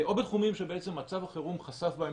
או בתחומים שבעצם מצב החירום חשף בהם